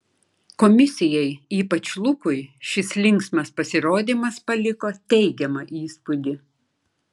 komisijai ypač lukui šis linksmas pasirodymas paliko teigiamą įspūdį